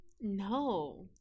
No